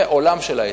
זה העולם של ההיצע.